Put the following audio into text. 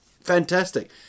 fantastic